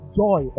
joy